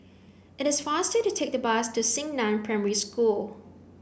it is faster to take the bus to Xingnan Primary School